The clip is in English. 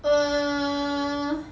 er